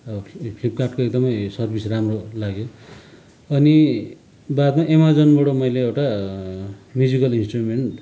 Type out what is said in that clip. र फ्लिपकार्टको एकदमै सर्भिस राम्रो लाग्यो अनि बादमा एमाजनबाट मैले एउटा म्युजिकल इन्स्ट्रुमेन्ट